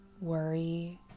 worry